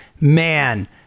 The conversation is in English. man